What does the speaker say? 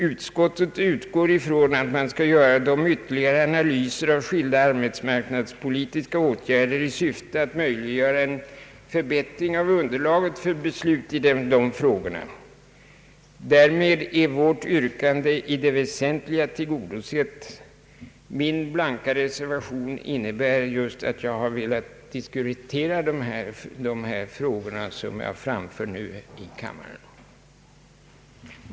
Utskottet utgår ifrån att man skall göra de ytterligare analyser av skilda arbetsmarknadspolitiska åtgärder som fordras för att möjliggöra en förbättring av underlaget för beslut i dessa frågor. Därmed är vårt yrkande i det väsentliga tillgodosett. Min blanka reservation innebär just att jag velat diskutera de frågor jag nu framför i kammaren.